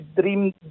dream